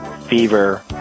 fever